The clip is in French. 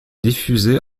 diffusé